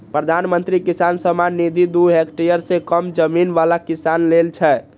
प्रधानमंत्री किसान सम्मान निधि दू हेक्टेयर सं कम जमीन बला किसान लेल छै